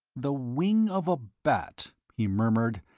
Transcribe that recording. the wing of a bat, he murmured,